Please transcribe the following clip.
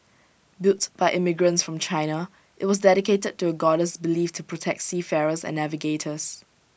built by immigrants from China IT was dedicated to A goddess believed to protect seafarers and navigators